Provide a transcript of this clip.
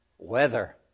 weather